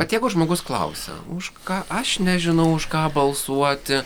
bet jeigu žmogus klausia už ką aš nežinau už ką balsuoti